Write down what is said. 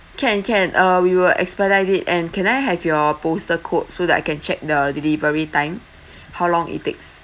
can can uh we will expedite it and can I have your postal code so that I can check the delivery time how long it takes